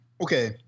Okay